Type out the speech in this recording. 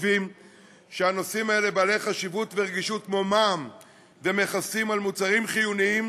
חושבים שנושאים בעלי חשיבות ורגישות כמו מע"מ ומכסים על מוצרים חיוניים